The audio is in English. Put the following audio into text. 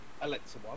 Alexa